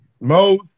Mo